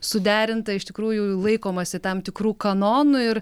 suderinta iš tikrųjų laikomasi tam tikrų kanonų ir